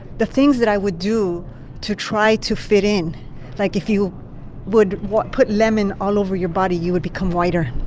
the things that i would do to try to fit in like, if you would put lemon all over your body, you would become whiter,